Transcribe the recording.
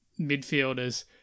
midfielders